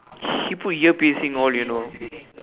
he put ear piercing all you know